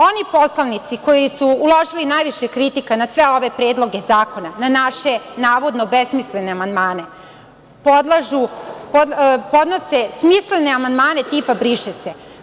Oni poslanici koji su uložili najviše kritika na sve ove predloge zakona, na naše navodno besmislene amandmane, podnose smislene amandmane tipa „briše se“